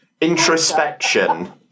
introspection